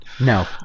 No